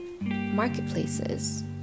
marketplaces